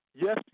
Yes